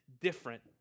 different